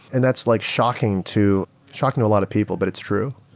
and that's like shocking to shocking to a lot of people, but it's true.